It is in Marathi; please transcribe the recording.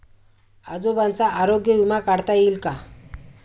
आजोबांचा आरोग्य विमा काढता येईल का?